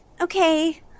Okay